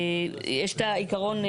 יש את העקרון,